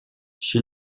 she